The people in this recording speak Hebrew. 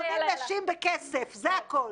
קונים נשים בכסף, זה הכול.